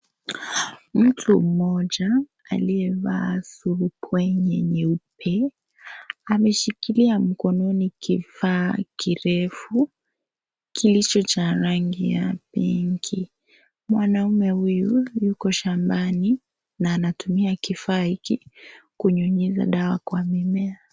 Mtu mmoja aliyevaa surubwenye nyeupe ameshikililia mkononi kifaa kirefu kilicho cha rangi ya pinki, mwanaume huyu Yuko shambani na anatumia kifaa hiki kunyunykza dawa kwa mimea.